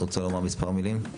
רוצה לומר מספר מילים?